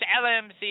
LMC